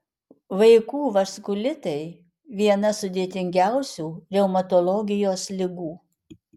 vaikų vaskulitai viena sudėtingiausių reumatologijos ligų